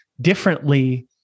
differently